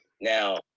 Now